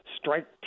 strike